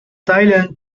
thailand